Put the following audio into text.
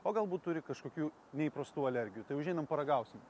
o galbūt turi kažkokių neįprastų alergijų tai užeinam paragausim